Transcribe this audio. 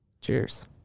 Cheers